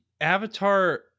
avatar